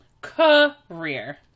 career